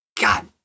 God